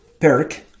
perk